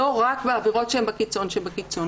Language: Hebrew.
לא רק בעבירות שהן בקיצון שבקיצון.